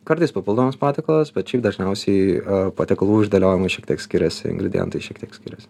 kartais papildomas patiekalas bet šiaip dažniausiai patiekalų išdėliojimai šiek tiek skiriasi ingredientai šiek tiek skiriasi